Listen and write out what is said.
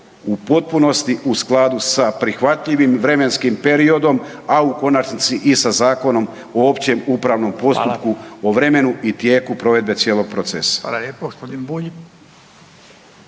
u potpunosti u skladu sa prihvatljivim vremenskim periodom a u konačnici i sa Zakonom o općem upravnom postupku o vremenu i tijeku provedbu cijelog procesa.